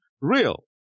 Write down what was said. real